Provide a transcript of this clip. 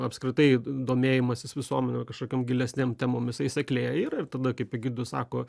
apskritai domėjimasis visuomenėj kažkokiom gilesnėm temom jisai seklėja ir tada kaip egidijus sako